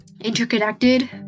interconnected